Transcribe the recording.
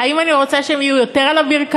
האם אני רוצה שהם יהיו יותר על הברכיים?